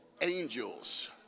Angels